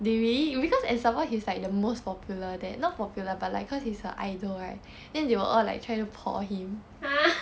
!huh!